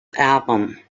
album